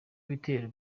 ibitero